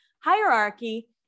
Hierarchy